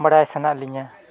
ᱵᱟᱲᱟᱭ ᱥᱟᱱᱟᱭᱮᱫ ᱞᱤᱧᱟ